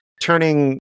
turning